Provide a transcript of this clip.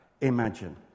imagine